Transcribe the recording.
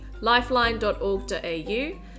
Lifeline.org.au